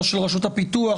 אל של רשות הפיתוח,